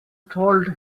told